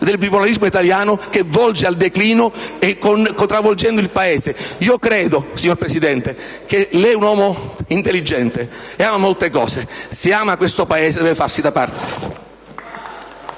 del bipolarismo italiano che volge al declino, travolgendo il Paese. Credo, signor Presidente, che lei sia un uomo intelligente e che ami molte cose; se ama questo Paese, deve farsi da parte.